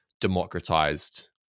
democratized